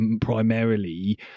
primarily